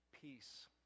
Peace